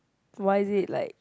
why is it like